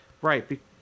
Right